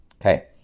Okay